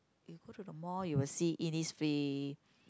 you go to the mall you will see Innisfree